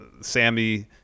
Sammy